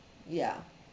ya